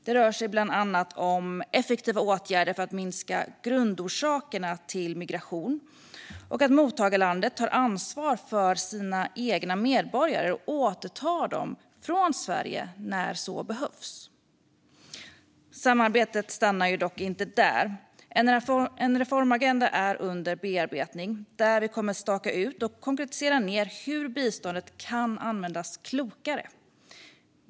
Det rör sig bland annat om effektiva åtgärder för att minska grundorsakerna till migration och att mottagarlandet tar ansvar för sina egna medborgare och återtar dem från Sverige när så behövs. Samarbetet stannar dock inte där. En reformagenda är under bearbetning, där vi kommer att staka ut och konkretisera hur biståndet kan användas klokare.